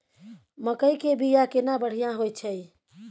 मकई के बीया केना बढ़िया होय छै?